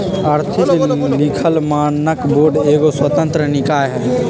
आर्थिक लिखल मानक बोर्ड एगो स्वतंत्र निकाय हइ